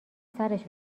سرش